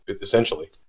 essentially